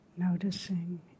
Noticing